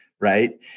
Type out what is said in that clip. right